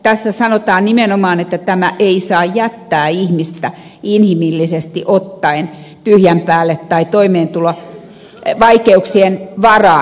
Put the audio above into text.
tässä sanotaan nimenomaan että tämä ei saa jättää ihmistä inhimillisesti ottaen tyhjän päälle tai toimeentulovaikeuksien varaan